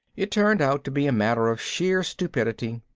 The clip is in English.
it turned out to be a matter of sheer stupidity.